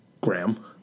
Graham